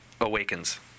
awakens